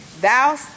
Thou